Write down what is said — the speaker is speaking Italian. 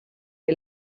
che